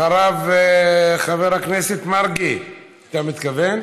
אחריו, חבר הכנסת מרגי, אתה מתכוון?